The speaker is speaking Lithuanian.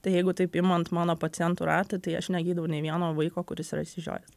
tai jeigu taip imant mano pacientų ratą tai aš negydau nei vieno vaiko kuris yra išsižiojęs